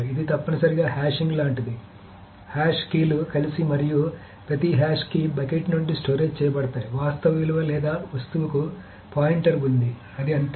ఇది తప్పనిసరిగా హ్యాషింగ్ లాంటిది కాబట్టి హాష్ కీ లు కలిసి మరియు ప్రతి హాష్ కీ బకెట్ నుండి స్టోరేజ్ చేయబడతాయి వాస్తవ విలువ లేదా వస్తువుకు పాయింటర్ ఉంది అది అంతే